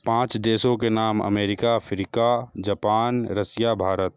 पाँच देशों के नाम America Africa Japan Russia Bharat